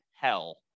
hell